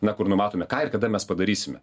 na kur numatome ką ir kada mes padarysime